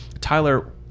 Tyler